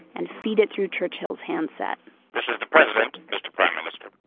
and feed it through churchill's handset this is the president, mister prime minister.